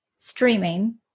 streaming